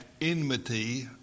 enmity